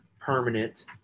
permanent